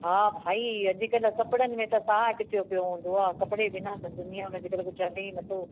हा भई अॼु कल्ह कपिड़नि में त साहु अटकियो पयो हूंदो आहे कपिड़े बिना त दुनिया में अॼु कल्ह कुझु हले ई न थो